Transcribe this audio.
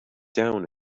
down